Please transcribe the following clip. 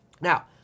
Now